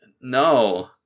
no